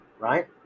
Right